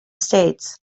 states